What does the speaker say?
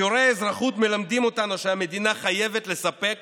בשיעורי האזרחות מלמדים אותנו שהמדינה חייבת לספק